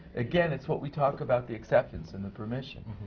again, it's what we talked about, the acceptance and the permission.